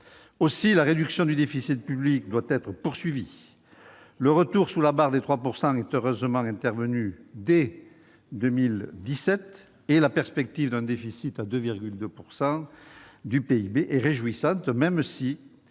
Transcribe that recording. Aussi la réduction du déficit public doit-elle être poursuivie. Le retour sous la barre des 3 % du PIB est heureusement intervenu dès 2017, et la perspective d'un déficit ramené à 2,2 % du PIB est réjouissante, même si